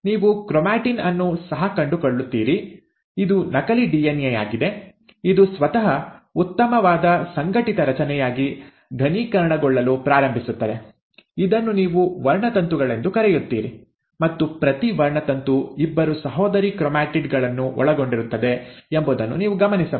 ನೀವು ಕ್ರೊಮಾಟಿನ್ ಅನ್ನು ಸಹ ಕಂಡುಕೊಳ್ಳುತ್ತೀರಿ ಇದು ನಕಲಿ ಡಿಎನ್ಎ ಯಾಗಿದೆ ಇದು ಸ್ವತಃ ಉತ್ತಮವಾದ ಸಂಘಟಿತ ರಚನೆಯಾಗಿ ಘನೀಕರಣಗೊಳ್ಳಲು ಪ್ರಾರಂಭಿಸುತ್ತದೆ ಇದನ್ನು ನೀವು ವರ್ಣತಂತುಗಳೆಂದು ಕರೆಯುತ್ತೀರಿ ಮತ್ತು ಪ್ರತಿ ವರ್ಣತಂತು ಇಬ್ಬರು ಸಹೋದರಿ ಕ್ರೊಮ್ಯಾಟಿಡ್ ಗಳನ್ನು ಒಳಗೊಂಡಿರುತ್ತದೆ ಎಂಬುದನ್ನು ನೀವು ಗಮನಿಸಬಹುದು